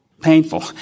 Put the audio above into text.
painful